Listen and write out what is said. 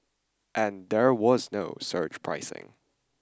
and there was no surge pricing